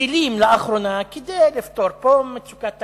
כלים כדי לפתור פה מצוקת תקציב,